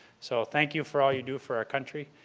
so thank you for all you do for our country.